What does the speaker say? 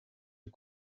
cyo